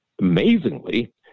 Amazingly